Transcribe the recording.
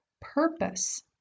purpose